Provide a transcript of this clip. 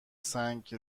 سنگ